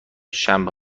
شنبه